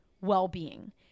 well-being